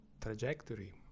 trajectory